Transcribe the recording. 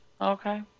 Okay